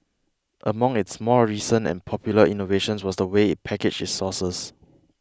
among its more recent and popular innovations was the way it packaged its sauces